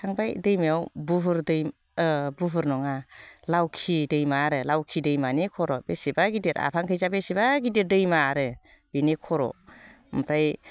थांबाय दैमायाव बुहुर दै बुहुर नङा लावखि दैमा आरो लावखि दैमानि खर' बेसेबा गिदिर आफांखैजा बेसेबा गिदिर दैमा आरो बिनि खर' ओमफ्राय